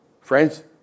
Friends